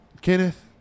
Kenneth